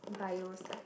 bio side